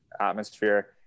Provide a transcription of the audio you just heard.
atmosphere